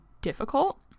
difficult